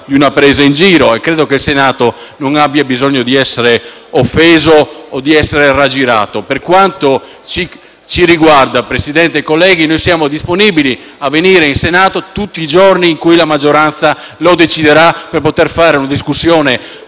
di una presa in giro e credo che il Senato non abbia bisogno di essere offeso o raggirato. Per quanto ci riguarda, signor Presidente, colleghi, noi siamo disponibili a venire in Senato, tutti i giorni in cui la maggioranza lo deciderà, per svolgere una discussione